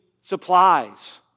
supplies